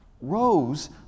rose